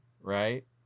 right